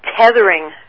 tethering